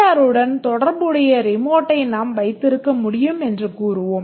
ஆருடன் தொடர்புடைய ரிமோட்டை நாம் வைத்திருக்க முடியும் எனக் கூறுவோம்